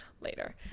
later